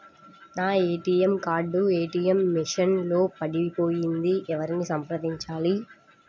నా ATM card ATM machine లో పడిపోయింది ఎవరిని సంప్రదించాలి?